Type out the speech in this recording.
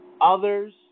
Others